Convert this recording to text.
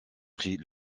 pris